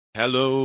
hello